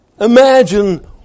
imagine